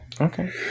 Okay